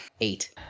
Eight